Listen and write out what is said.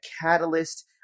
catalyst